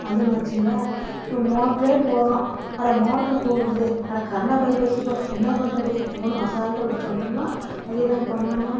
அதொன்று ஆச்சுங்களா அப்புறம் மோட்டரே போடுறோம் அட மோட்ரு போடுறது அட கரண்டாக போய் போச்சு இப்போ என்ன பண்றது அப்படினு அசால்டாக விட்டுட்டு வந்துட்டோம்னா அது என்ன பண்ணும்